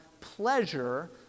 pleasure